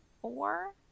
four